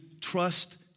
trust